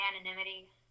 anonymity